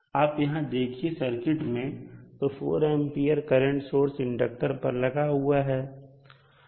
आप यहां देखिए सर्किट में तो 4A करंट सोर्स इंडक्टर पर लगा हुआ है